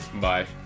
Bye